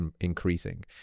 increasing